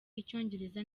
icyongereza